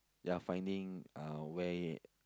ya finding uh where eh